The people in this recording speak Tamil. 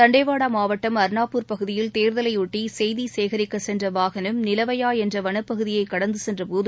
தன்டேவாடாமாவட்டம் அர்னாப்பூர் பகுதியில் தேர்தலையொட்டிசெய்திசேகரிக்கசென்றவாகனம் நிலவையாஎன்றவனப்பகுதியைகடந்துசென்றபோது